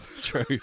true